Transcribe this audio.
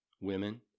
women